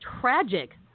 tragic